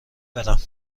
برم